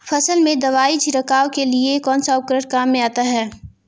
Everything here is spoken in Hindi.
फसल में दवाई छिड़काव के लिए कौनसा उपकरण काम में आता है?